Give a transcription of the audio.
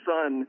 Son